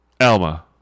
Alma